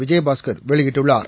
விஜயபாஸ்கர் வெளியிட்டுள்ளார்